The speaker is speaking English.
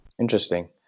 Interesting